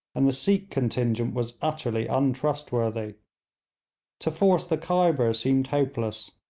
and the sikh contingent was utterly untrustworthy. to force the khyber seemed hopeless.